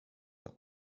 der